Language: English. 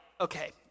okay